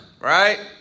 right